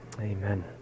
Amen